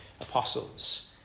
apostles